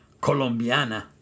Colombiana